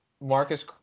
Marcus